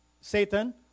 Satan